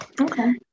Okay